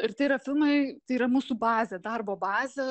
ir tai yra filmai tai yra mūsų bazė darbo bazė